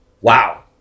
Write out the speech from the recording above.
Wow